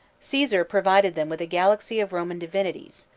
caesar provides them with a galaxy of roman divinities,